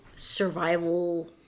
survival